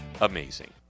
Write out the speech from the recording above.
amazing